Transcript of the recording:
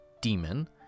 demon